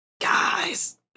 Guys